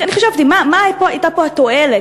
חשבתי: מה הייתה התועלת?